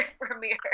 premiere